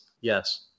Yes